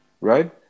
right